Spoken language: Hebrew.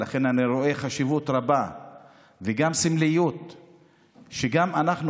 ולכן אני רואה חשיבות רבה וגם סמליות שגם אנחנו,